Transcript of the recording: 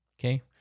Okay